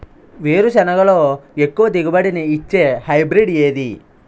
వేరుసెనగ లో ఎక్కువ దిగుబడి నీ ఇచ్చే హైబ్రిడ్ ఏది?